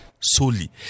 Solely